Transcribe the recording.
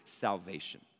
salvation